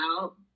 out